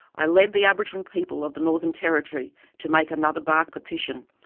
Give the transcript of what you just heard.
i led the aboriginal people of the northern territory to make another bark petition,